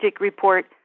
report